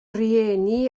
rhieni